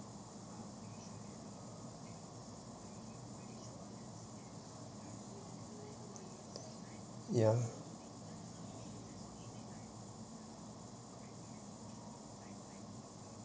ya